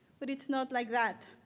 but it's not like that.